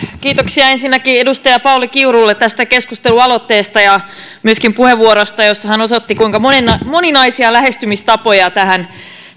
kiitoksia ensinnäkin edustaja pauli kiurulle tästä keskustelualoitteesta ja myöskin puheenvuorosta jossa hän osoitti kuinka moninaisia moninaisia lähestymistapoja tähän